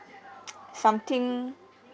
something